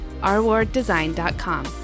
rwarddesign.com